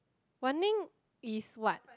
Wan-Ning is what